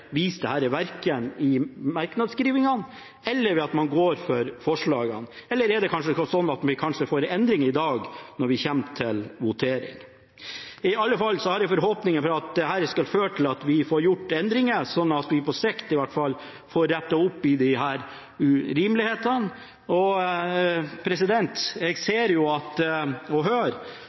verken i merknadsskrivingen eller ved at man går inn for forslagene – eller er det kanskje sånn at vi får en endring i dag, når vi kommer til votering? I alle fall har jeg forhåpninger om at dette skal føre til at vi får gjort endringer, slik at vi i hvert fall på sikt får rettet opp i disse urimelighetene. Jeg ser – og